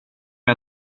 mig